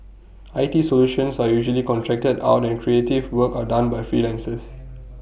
I T solutions are usually contracted out and creative work are done by freelancers